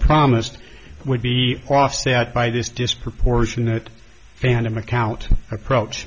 promised would be offset by this disproportionate phantom account approach